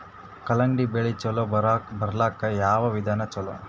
ಕಲ್ಲಂಗಡಿ ಬೆಳಿ ಚಲೋ ಬರಲಾಕ ಯಾವ ವಿಧಾನ ಚಲೋ?